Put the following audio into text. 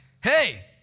hey